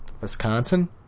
Wisconsin